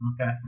Okay